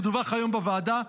זה דווח היום בוועדה,